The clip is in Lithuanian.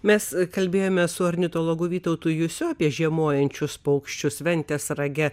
mes kalbėjome su ornitologu vytautu jusiu apie žiemojančius paukščius ventės rage